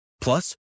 Plus